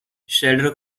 shredder